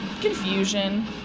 Confusion